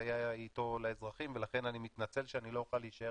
לסייע איתו לאזרחים ולכן אני מתנצל שאני לא אוכל להישאר